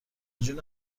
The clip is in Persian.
جون